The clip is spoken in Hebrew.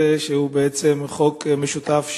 שהוא בעצם חוק משותף שלי,